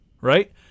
right